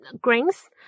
Greens